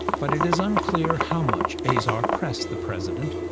but it is unclear how much azar pressed the president.